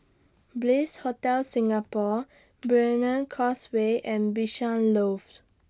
Bliss Hotel Singapore Brani Causeway and Bishan Loft